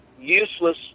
useless